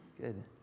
Good